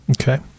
Okay